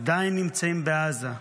עדיין נמצאים בעזה.